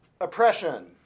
Oppression